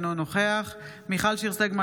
אינו נוכח מיכל שיר סגמן,